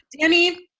Danny